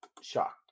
Shocked